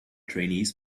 trainees